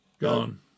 Gone